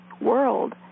world